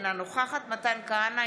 אינה נוכחת מתן כהנא,